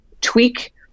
tweak